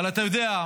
אבל אתה יודע,